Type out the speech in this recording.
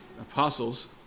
apostles